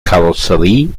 karosserie